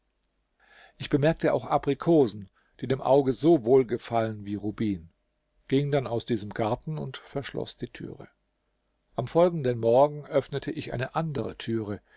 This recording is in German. ich bemerkte auch aprikosen die dem auge so wohl gefallen wie rubin ging dann aus diesem garten und verschloß die türe am folgenden morgen öffnete ich eine andere türe